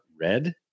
red